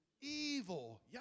evil